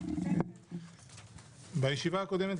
בישיבה הקודמת,